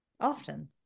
often